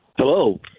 Hello